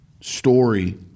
story